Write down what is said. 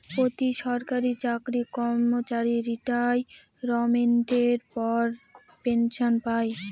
প্রতি সরকারি চাকরি কর্মচারী রিটাইরমেন্টের পর পেনসন পায়